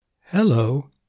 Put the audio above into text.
Hello